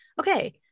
okay